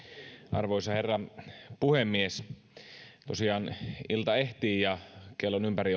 arvoisa herra puhemies tosiaan ilta ehtii ja kellon ympäri